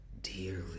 dearly